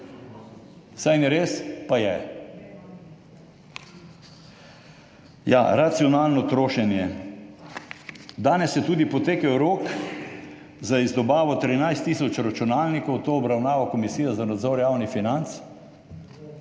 Saj ni res, pa je. Racionalno trošenje. Danes je tudi potekel rok za izdobavo 13 tisoč računalnikov. To obravnava Komisija za nadzor javnih financ.